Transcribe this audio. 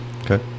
Okay